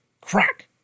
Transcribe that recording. Crack